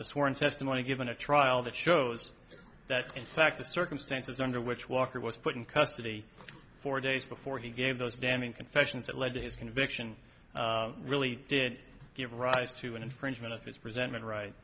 the sworn testimony given a trial that shows that in fact the circumstances under which walker was put in custody four days before he gave those damning confessions that led to his conviction really did give rise to an infringement of its presentment right